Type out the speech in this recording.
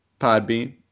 Podbean